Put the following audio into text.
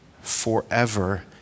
forever